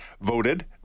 voted